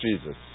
Jesus